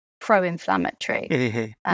pro-inflammatory